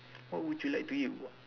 what would you like to eat w~